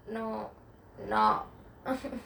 no no